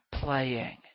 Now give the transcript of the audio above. Playing